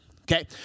okay